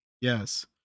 Yes